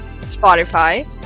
Spotify